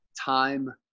time